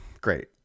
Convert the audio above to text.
Great